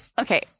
Okay